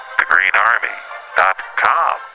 thegreenarmy.com